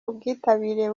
ubwitabire